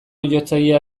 jotzailea